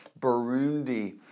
Burundi